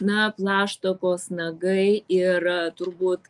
na plaštakos nagai ir turbūt